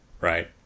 Right